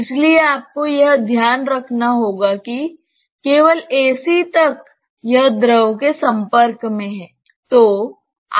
इसलिए आपको यह ध्यान रखना होगा कि केवल AC तक यह द्रव के संपर्क में है